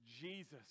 jesus